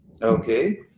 Okay